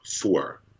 four